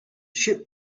ship